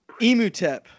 EmuTep